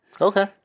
Okay